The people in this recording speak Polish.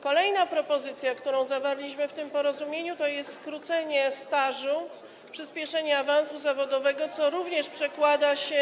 Kolejna propozycja, którą zawarliśmy w tym porozumieniu, to jest skrócenie stażu, przyspieszenie awansu zawodowego, co również przekłada się.